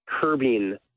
curbing